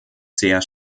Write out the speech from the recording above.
sehr